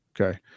Okay